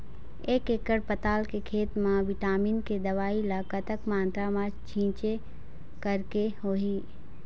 एक एकड़ पताल के खेत मा विटामिन के दवई ला कतक मात्रा मा छीचें करके होही?